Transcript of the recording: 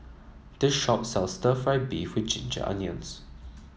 this shop sells stir fry beef with Ginger Onions